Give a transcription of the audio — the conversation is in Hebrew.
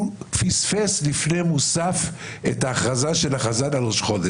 הוא פספס לפני מוסף את ההכרזה של החזן על ראש חודש.